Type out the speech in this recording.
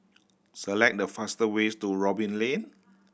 select the faster ways to Robin Lane